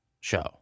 show